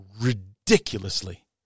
ridiculously